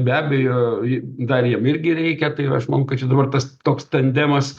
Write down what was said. be abejo i dar jiem irgi reikia tai ir aš manau kad čia dabar tas toks tandemas